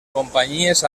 companyies